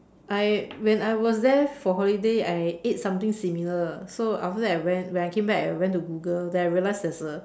I when I was there for holiday I ate something similar so after that I went when I came back I went to Google then I realised there's a